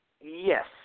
Yes